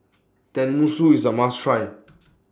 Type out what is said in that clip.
Tenmusu IS A must Try